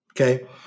Okay